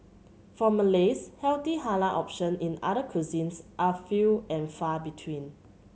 for Malays healthy halal option in other cuisines are few and far between